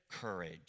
courage